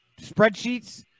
spreadsheets